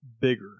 bigger